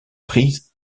prise